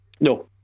No